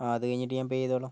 ആ അതുകഴിഞ്ഞിട്ട് ഞാൻ പേ ചെയ്തോളാം